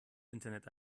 internet